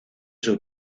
sus